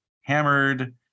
hammered